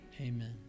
Amen